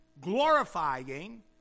glorifying